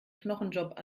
knochenjob